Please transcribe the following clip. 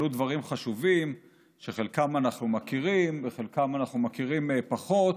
עלו דברים חשובים שאת חלקם אנחנו מכירים ואת חלקם אנחנו מכירים פחות.